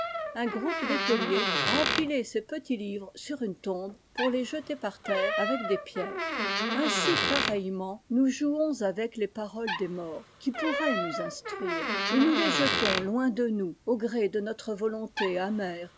un groupe d'écoliers a empilé ses petits livres sur une tombe pour les jeter par terre avec des pierres ainsi pareillement nous jouons avec les paroles des morts qui pourraient nous instruire et les jetons loin de nous au gré de notre volonté amère